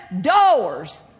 doors